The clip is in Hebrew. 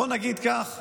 בואו נגיד כך,